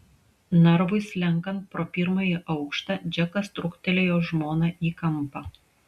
narvui slenkant pro pirmąjį aukštą džekas trūktelėjo žmoną į kampą